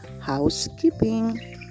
housekeeping